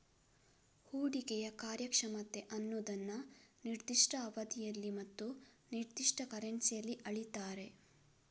ಹೂಡಿಕೆಯ ಕಾರ್ಯಕ್ಷಮತೆ ಅನ್ನುದನ್ನ ನಿರ್ದಿಷ್ಟ ಅವಧಿಯಲ್ಲಿ ಮತ್ತು ನಿರ್ದಿಷ್ಟ ಕರೆನ್ಸಿಯಲ್ಲಿ ಅಳೀತಾರೆ